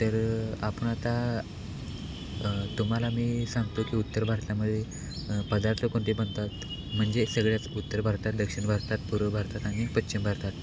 तर आपण आता तुम्हाला मी सांगतो की उत्तर भारतामध्ये पदार्थ कोणते बनतात म्हणजे सगळ्याच उत्तर भारतात दक्षिण भारतात पूर्व भारतात आणि पश्चिम भारतात